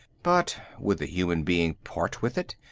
but would the human being part with it?